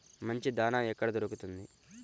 మంచి దాణా ఎక్కడ దొరుకుతుంది?